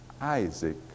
Isaac